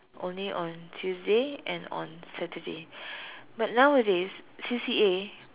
only on Tuesday and on Saturday but nowadays C_C_A